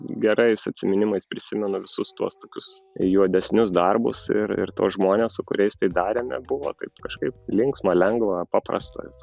gerais atsiminimais prisimenu visus tuos tokius juodesnius darbus ir ir tuos žmones su kuriais tai darėme buvo kaip kažkaip linksma lengva paprasta viskas